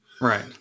Right